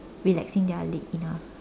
relaxing their leg enough